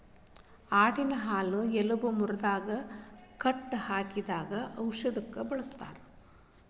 ಆಡಿನ ಹಾಲು ಎಲಬ ಮುರದಾಗ ಕಟ್ಟ ಹಾಕಿದಾಗ ಔಷದಕ್ಕ ಬಳಸ್ತಾರ